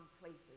places